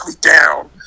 down